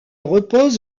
repose